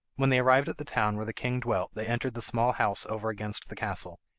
when they arrived at the town where the king dwelt they entered the small house over against the castle.